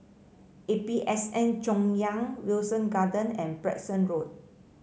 A P S N Chaoyang Wilton Garden and Preston Road